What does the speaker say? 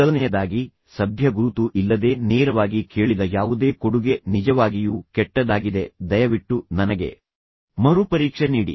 ಮೊದಲನೆಯದಾಗಿ ಸಭ್ಯ ಗುರುತು ಇಲ್ಲದೆ ನೇರವಾಗಿ ಕೇಳಿದ ಯಾವುದೇ ಕೊಡುಗೆ ನಿಜವಾಗಿಯೂ ಕೆಟ್ಟದಾಗಿದೆ ದಯವಿಟ್ಟು ನನಗೆ ಮರುಪರೀಕ್ಷೆ ನೀಡಿ